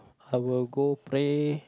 I will go pray